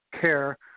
care